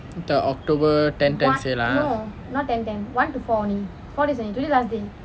the october ten ten sale ah